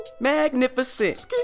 Magnificent